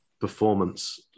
performance